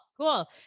cool